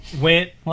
went